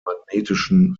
magnetischen